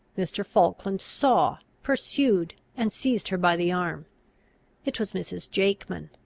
mr. falkland saw, pursued, and seized her by the arm it was mrs. jakeman.